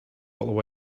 bottle